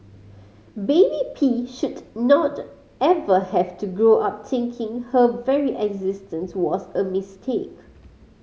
baby P should not ever have to grow up thinking her very existence was a mistake